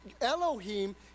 Elohim